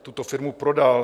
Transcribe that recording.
tuto firmu prodal.